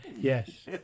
Yes